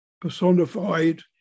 personified